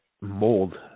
mold